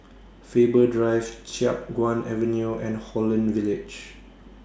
Faber Drive Chiap Guan Avenue and Holland Village